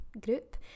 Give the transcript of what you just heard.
group